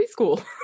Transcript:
preschool